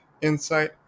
insight